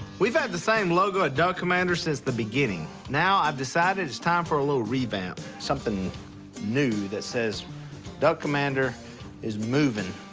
we've had the same logo at duck commander since the beginning. now i've decided it's time for a little revamp. something new that says duck commander is moving.